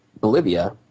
Bolivia